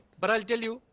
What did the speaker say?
but i'll tell you,